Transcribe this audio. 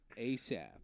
asap